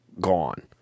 gone